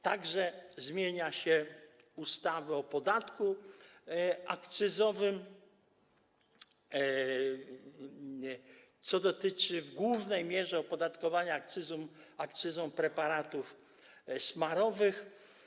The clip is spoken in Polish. Także zmienia się tu ustawę o podatku akcyzowym, co dotyczy w głównej mierze opodatkowania akcyzą preparatów smarowych.